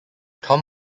tom